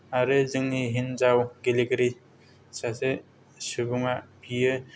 आरो जोंनि हिनजाव गेलेगिरि सासे सुबुङा बियो